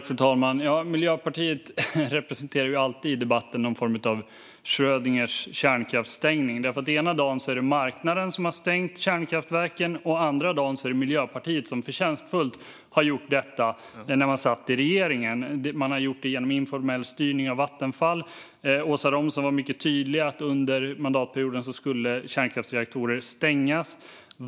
Fru talman! Miljöpartiet representerar i debatten alltid någon form av Schrödingers kärnkraftsstängning. Ena dagen är det marknaden som har stängt kärnkraftverken, och andra dagen är det Miljöpartiet som förtjänstfullt har gjort detta när man satt i regeringen. Man har gjort det genom informell styrning av Vattenfall. Åsa Romson var mycket tydlig med att kärnkraftsreaktorer skulle stängas under mandatperioden.